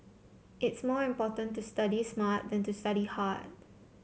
it's more important to study smart than to study hard